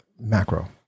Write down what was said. macro